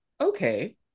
okay